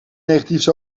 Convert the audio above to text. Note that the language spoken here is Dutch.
negatief